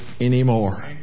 anymore